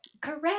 Correct